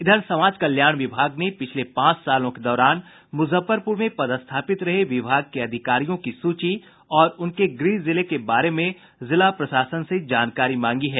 इधर समाज कल्याण विभाग ने पिछले पांच साल के दौरान मुजफ्फरपुर में पदस्थापित रहे विभाग के अधिकारियों की सूची और उनके गृह जिले के बारे में जिला प्रशासन से जानकारी मांगी है